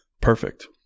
perfect